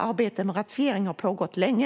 Arbetet med ratificering har nämligen pågått länge.